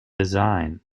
design